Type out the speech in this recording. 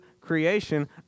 creation